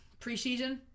preseason